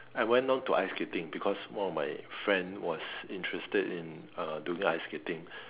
I went on to ice skating because one of my friend was interested in uh doing ice skating